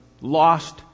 lost